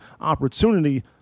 opportunity